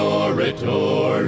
orator